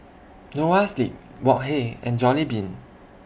Noa Sleep Wok Hey and Jollibean